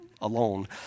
alone